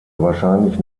wahrscheinlich